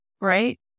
right